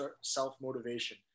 self-motivation